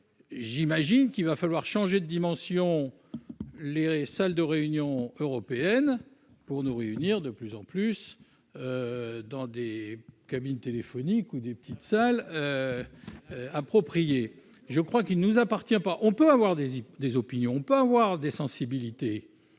j'imagine qu'il va falloir changer de dimension, les salles de réunion européenne pour nous réunir, de plus en plus dans des cabines téléphoniques ou des petites salles appropriées, je crois qu'il ne nous appartient pas, on peut avoir des des opinions peut avoir des sensibilités,